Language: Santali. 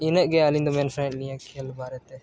ᱤᱱᱟᱹᱜ ᱜᱮ ᱟᱹᱞᱤᱧ ᱫᱚ ᱢᱮᱱ ᱥᱟᱱᱟᱭᱮᱫ ᱞᱤᱧᱟᱹ ᱠᱷᱮᱹᱞ ᱵᱟᱨᱮᱛᱮ